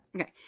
Okay